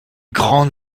grande